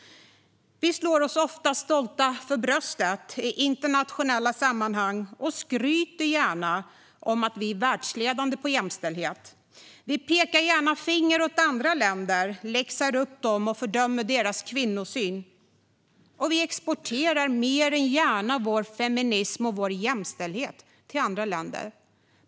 Vi slår oss ofta stolta för bröstet i internationella sammanhang och skryter gärna om att vi är världsledande på jämställdhet. Vi pekar gärna finger åt andra länder, läxar upp dem och fördömer deras kvinnosyn. Vi exporterar mer än gärna vår feminism och vår jämställdhet till andra länder.